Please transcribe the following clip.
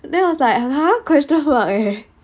then I was like !huh! question mark eh